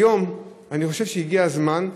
כיום אני חושב שהגיע הזמן,